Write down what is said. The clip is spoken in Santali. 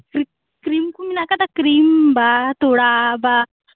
ᱠᱨᱤᱢ ᱠᱚ ᱢᱮᱱᱟᱜ ᱟᱠᱟᱫᱟ ᱠᱨᱤᱢ ᱵᱟ ᱛᱚᱲᱟ ᱵᱟ